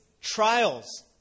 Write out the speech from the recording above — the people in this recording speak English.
trials